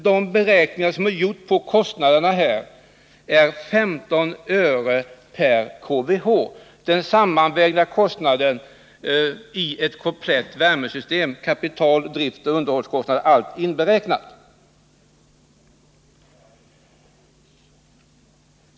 De beräkningar som har gjorts på kostnaderna visar 15 öre/kWh för den sammanvägda kostnaden i ett komplett värmesystem, kapital-, driftoch underhållskostnader inberäknade.